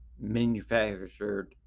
manufactured